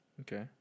Okay